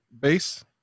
base